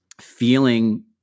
feeling